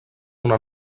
una